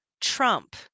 trump